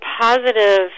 positive